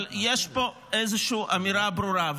אבל יש פה איזושהי אמירה ברורה.